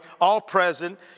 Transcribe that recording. all-present